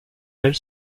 elles